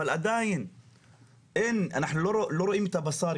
אבל עדיין אנחנו לא רואים את הבשר,